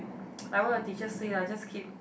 like what your teacher say lah just keep